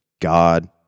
God